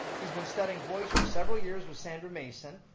he's been studying voice for several years with sandra mason,